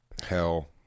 Hell